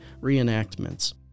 reenactments